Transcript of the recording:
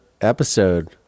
episode